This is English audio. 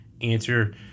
Answer